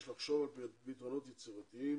יש לחשוב על פתרונות יצירתיים